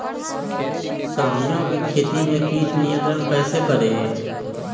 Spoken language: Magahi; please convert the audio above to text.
सब्जियों की खेती में कीट नियंत्रण कैसे करें?